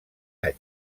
any